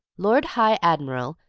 lord high admiral,